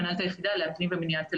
מנהלת היחידה לאקלים ומניעת אלימות.